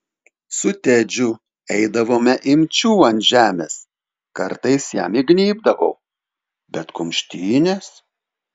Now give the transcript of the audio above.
su tedžiu eidavome imčių ant žemės kartais jam įgnybdavau bet kumštynės